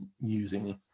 using